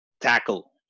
tackle